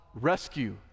rescue